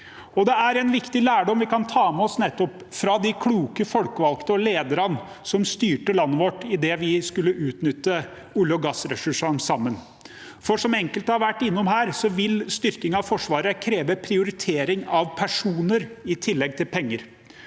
Det er en viktig lærdom vi kan ta med oss fra nettopp de kloke folkevalgte og lederne som styrte landet vårt idet vi skulle utnytte olje- og gassressursene sammen. Som enkelte har vært innom her, vil styrking av Forsvaret kreve prioritering av personer i tillegg til penger,